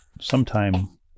sometime